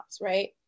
right